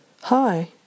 Hi